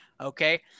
Okay